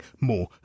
more